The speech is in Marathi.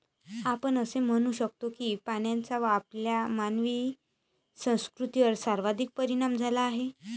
आपण असे म्हणू शकतो की पाण्याचा आपल्या मानवी संस्कृतीवर सर्वाधिक परिणाम झाला आहे